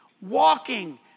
walking